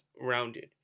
rounded